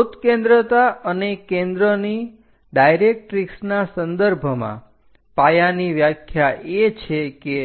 ઉત્કેન્દ્રતા અને કેન્દ્રની ડાયરેક્ટરીક્ષના સંદર્ભમાં પાયાની વ્યાખ્યા એ છે કે